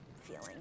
feeling